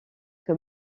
que